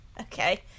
okay